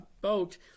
boat